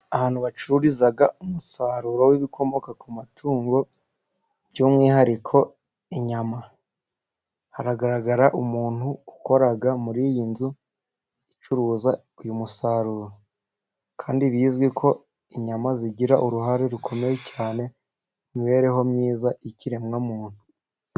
Ahantu bacururiza umusaruro w'ibikomoka ku matungo by'umwihariko inyama. Haragaragara umuntu ukora muri iyi nzu icuruza uyu musaruro ,kandi bizwi ko inyama zigira uruhare rukomeye cyane, mu mibereho myiza y'ikiremwamuntu.